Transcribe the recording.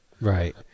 Right